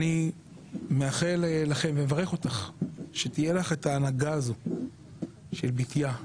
אני מאחל ומברך אותך שתהיה לך את ההנהגה הזאת של בתיה,